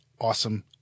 Awesome